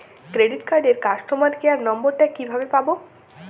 Credit কার্ডের customer care number টা কিভাবে পাবো?